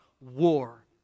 war